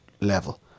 level